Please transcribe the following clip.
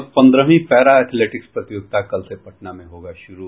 और पन्द्रहवीं para athletics प्रतियोगिता कल से पटना में होगा शुरू